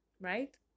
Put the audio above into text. right